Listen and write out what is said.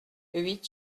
huit